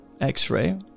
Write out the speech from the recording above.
x-ray